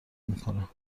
میکنه